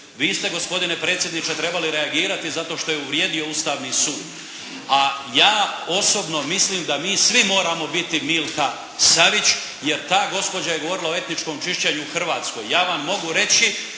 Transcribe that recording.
Vi ste gospodine predsjedniče trebali reagirati zato što je uvrijedio Ustavni sud. A ja osobno mislim da mi svi moramo biti Milka Savić jer ta gospođa je govorila o etničkom čišćenju u Hrvatskoj. Ja vam mogu reći